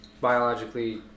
biologically